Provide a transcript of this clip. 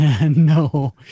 No